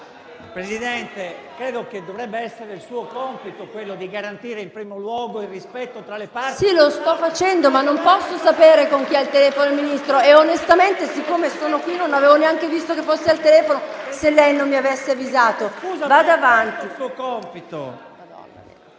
Presidente, credo che dovrebbe essere suo compito quello di garantire in primo luogo il rispetto tra le parti... PRESIDENTE. Lo sto facendo, ma non posso sapere con chi è al telefono il Ministro e onestamente, siccome sono qui, non avevo neanche visto che fosse al telefono se lei non mi avesse avvisato. Vada avanti.